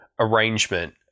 arrangement